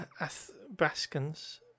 Athabascans